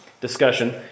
discussion